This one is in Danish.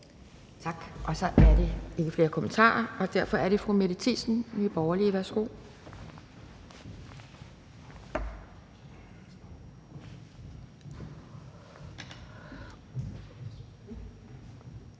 Tak, og så er der ikke flere kommentarer. Derfor er det fru Mette Thiesen, Nye Borgerlige. Værsgo.